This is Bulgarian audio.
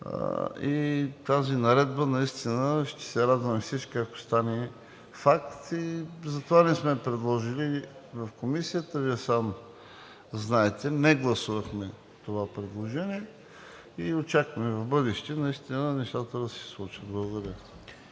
и тази наредба ще се радваме всички, ако стане факт. В Комисията, Вие сам знаете, не гласувахме това предложение и очакваме в бъдеще наистина нещата да се случат. Благодаря.